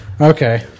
Okay